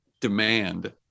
demand